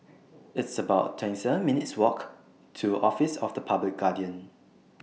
It's about twenty seven minutes' Walk to Office of The Public Guardian